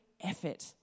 effort